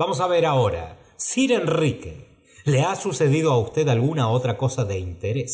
vamos p ver ahora sir enrique le ha sucedido á usted alguna otra cosa de interés